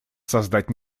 создать